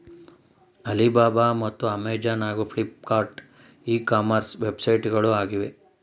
Alibaba ಮತ್ತು Amazon ಹಾಗೂ Flipkart e commerce ವೆಬ್ಸೈಟ್ಗಳು ಆಗಿವೆ